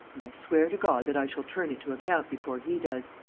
and i swear to god that i shall turn it to account before he does.